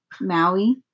Maui